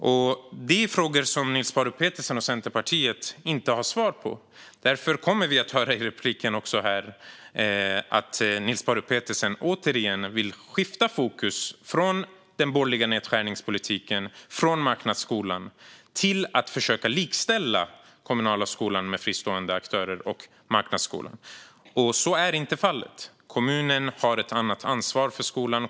Detta är frågor som Niels Paarup-Petersen och Centerpartiet inte har svar på. Därför kommer vi i repliken att höra att Niels Paarup-Petersen återigen vill skifta fokus från den borgerliga nedskärningspolitiken och från marknadsskolan till att försöka likställa den kommunala skolan med fristående aktörer och marknadsskolan. Så är inte fallet - kommunen har ett annat ansvar för skolan.